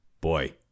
boy